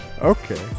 Okay